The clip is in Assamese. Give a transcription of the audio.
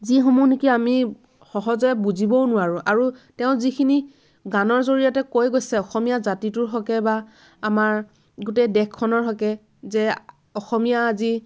যিসমূহ নেকি আমি সহজে বুজিবও নোৱাৰোঁ আৰু তেওঁ যিখিনি গানৰ জৰিয়তে কৈ গৈছে অসমীয়া জাতিটোৰ হকে বা আমাৰ গোটেই দেশখনৰ হকে যে অসমীয়া আজি